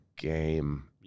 game